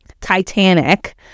titanic